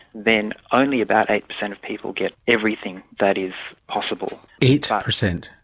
then only about eight percent of people get everything that is possible. eight ah percent!